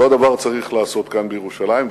אותו דבר צריך לעשות כאן בירושלים,